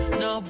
no